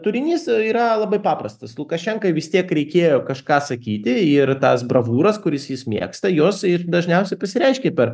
turinys yra labai paprastas lukašenkai vis tiek reikėjo kažką sakyti ir tas bravūras kuris jis mėgsta jos ir dažniausiai pasireiškia per